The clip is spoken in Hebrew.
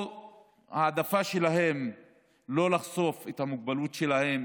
או העדפה שלהם לא לחשוף את המוגבלות שלהם,